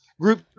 Group